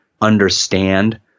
understand